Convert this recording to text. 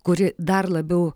kuri dar labiau